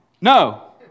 No